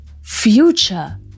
Future